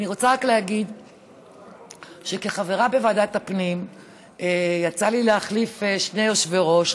אני רוצה רק להגיד שכחברה בוועדת הפנים יצא לי להחליף שני יושבי-ראש.